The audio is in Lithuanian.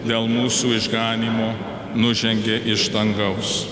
dėl mūsų išganymo nužengė iš dangaus